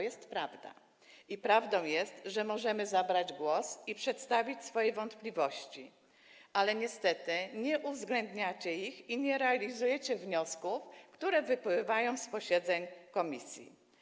I prawdą jest, że możemy zabrać głos i przedstawić swoje wątpliwości, ale niestety nie uwzględniacie ich i nie realizujecie wniosków, które wypływają z posiedzeń komisji.